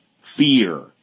fear